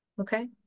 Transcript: okay